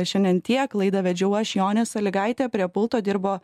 šiandien tiek laidą vedžiau aš jonė salygaitė prie pulto dirbo